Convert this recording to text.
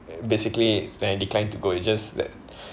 basically I declined to go it just that